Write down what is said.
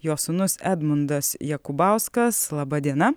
jo sūnus edmundas jakubauskas laba diena